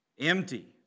Empty